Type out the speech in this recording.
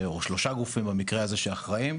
או שלושה גופים במקרה הזה שאחראיים,